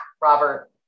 Robert